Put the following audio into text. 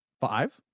Five